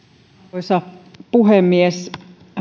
arvoisa puhemies